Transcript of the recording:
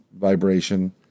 vibration